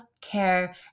care